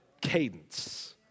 cadence